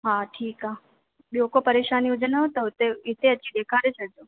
हा ठीकु आहे ॿियो को परेशानी हुजनिव त हिते अची ॾेखारे छॾिजो